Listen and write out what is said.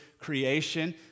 creation